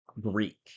Greek